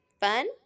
fun